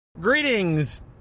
Greetings